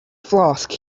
flask